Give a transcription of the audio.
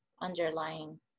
underlying